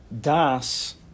Das